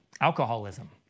alcoholism